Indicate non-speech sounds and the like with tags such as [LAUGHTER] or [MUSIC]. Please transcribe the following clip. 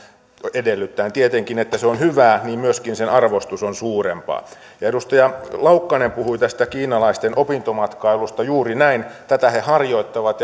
edellyttäen tietenkin että se on hyvää niin myöskin sen arvostus on suurempaa edustaja laukkanen puhui tästä kiinalaisten opintomatkailusta juuri näin tätä he harjoittavat [UNINTELLIGIBLE]